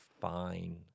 fine